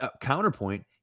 counterpoint